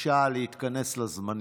בבקשה להתכנס לזמנים.